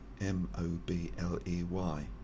M-O-B-L-E-Y